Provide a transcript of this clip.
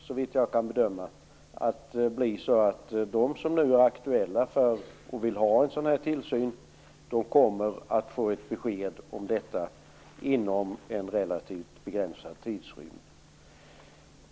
Såvitt jag kan bedöma kommer de som nu är aktuella och vill ha en tillsyn att få besked om detta inom en relativt begränsad tidsrymd.